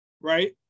right